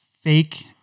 fake